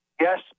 Yes